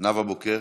נאוה בוקר,